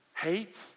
hates